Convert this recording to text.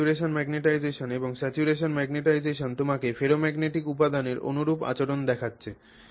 এটি saturation magnetization এবং saturation magnetization তোমাকে ফেরোম্যাগনেটিক উপাদানের অনুরূপ আচরণ দেখাচ্ছে